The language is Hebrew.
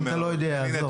אם אתה לא יודע, עזוב.